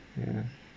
ya